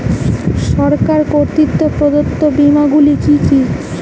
সরকার কর্তৃক প্রদত্ত বিমা গুলি কি কি?